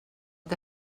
que